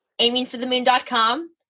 aimingforthemoon.com